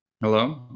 Hello